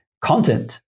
content